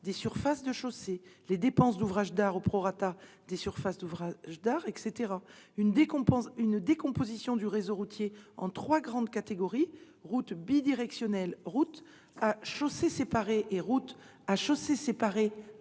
des surfaces de chaussées, les dépenses d'ouvrages d'art au prorata des surfaces d'ouvrages d'art, etc. Une décomposition du réseau routier en trois grandes catégories- routes bidirectionnelles, routes à chaussées séparées, routes à chaussées séparées